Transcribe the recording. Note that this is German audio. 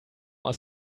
aus